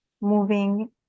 moving